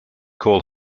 call